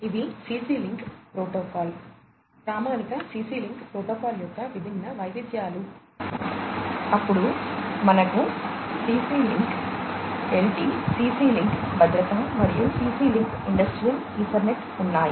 ఇవి CC link protocol ప్రామాణిక CC link protocol యొక్క విభిన్న వైవిధ్యాలు అప్పుడు మనకు CC link LT CC link భద్రత మరియు సిసి లింక్ ఇండస్ట్రియల్ ఈథర్నెట్ ఉన్నాయి